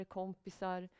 kompisar